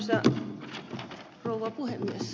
arvoisa rouva puhemies